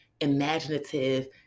imaginative